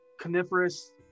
Coniferous